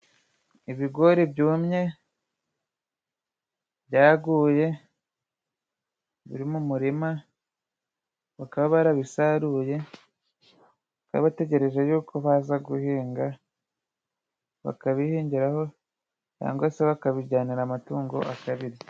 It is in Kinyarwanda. Ibigori byumye byaguye biri mu murima bakaba barabisaruye, bategereje yuko baza guhinga bakabihingiraho cyangwa se bakabijyanira amatungo akabirya.